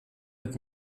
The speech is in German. mit